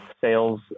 sales